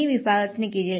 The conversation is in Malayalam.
ഈ വിഭാഗത്തിന് കീഴിൽ